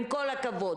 עם כל הכבוד.